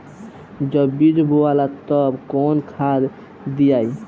जब बीज बोवाला तब कौन खाद दियाई?